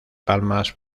palmas